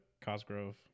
Cosgrove